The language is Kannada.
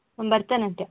ಭರತನಾಟ್ಯ